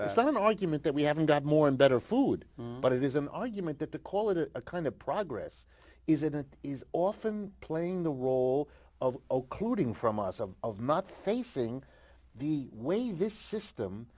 that's not an argument that we haven't got more and better food but it is an argument that to call it a kind of progress is that it is often playing the role of oak looting from us of of not facing the way this system